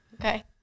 Okay